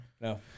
No